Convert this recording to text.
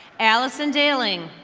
alison dailing.